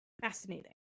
Fascinating